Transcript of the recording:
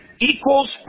equals